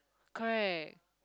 correct